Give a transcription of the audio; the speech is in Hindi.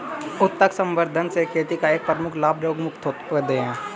उत्तक संवर्धन से खेती का एक प्रमुख लाभ रोगमुक्त पौधे हैं